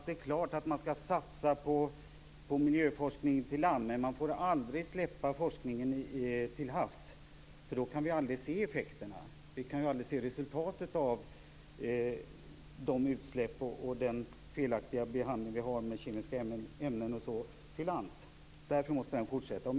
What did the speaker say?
Det är klart att man skall satsa på miljöforskning på land, men man får aldrig släppa forskningen till havs, för då kan vi aldrig se resultatet av utsläppen och den felaktiga behandlingen av kemiska ämnen på land.